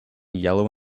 yellow